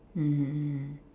mmhmm mm